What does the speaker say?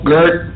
Gert